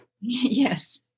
Yes